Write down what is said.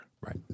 Right